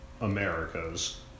Americas